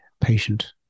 patient